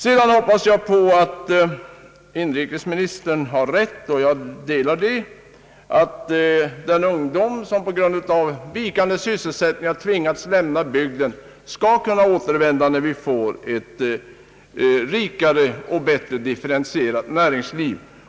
Jag hoppas att inrikesministern har rätt när han tror att den ungdom, som på grund av vikande sysselsättning har tvingats att lämna bygden, skall kunna återvända när vi får ett rikare och bättre differentierat näringsliv.